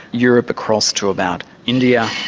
europe across to about india,